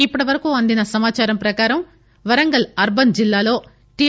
ఇప్పటి వరకు అందిన సమాచారం ప్రకారం వరంగల్ అర్పన్ జిల్లాలో టి